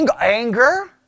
anger